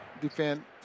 defend